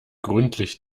gründlich